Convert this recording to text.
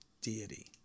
deity